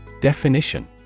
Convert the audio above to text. Definition